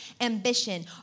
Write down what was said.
ambition